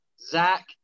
Zach